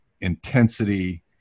intensity